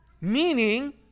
Meaning